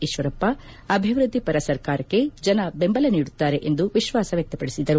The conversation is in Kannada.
ಈಶ್ವರಪ್ಪ ಅಭಿವೃದ್ದಿಪರ ಸರ್ಕಾರಕ್ಕೆ ಜನದೆಂಬಲ ನೀಡುತ್ತಾರೆ ಎಂದು ವಿಶ್ವಾಸ ವ್ಯಕ್ತಪಡಿಸಿದರು